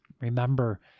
remember